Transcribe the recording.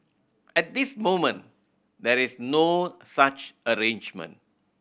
at this moment there is no such arrangement